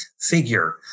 figure